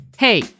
Hey